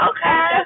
Okay